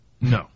No